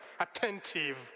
attentive